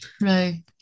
Right